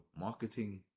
marketing